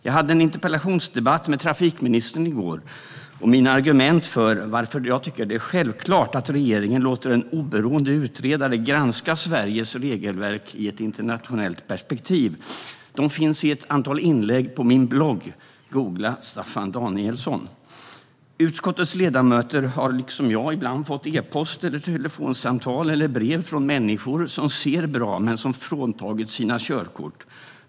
Jag hade en interpellationsdebatt med trafikministern i går. Mina argument för att det ska vara självklart att regeringen låter en oberoende utredare granska Sveriges regelverk i ett internationellt perspektiv finns i ett antal inlägg på min blogg. Googla "Staffan Danielsson"! Utskottets ledamöter har liksom jag ibland fått e-post, telefonsamtal eller brev från människor som ser bra men som fråntagits sina körkort.